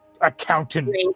Accountant